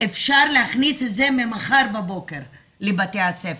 אפשר להכניס את זה ממחר בבוקר לבתי הספר,